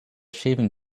shaving